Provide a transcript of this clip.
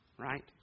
right